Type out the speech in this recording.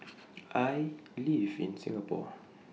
I live in Singapore